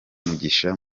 mugisha